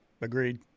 Agreed